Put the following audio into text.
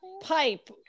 pipe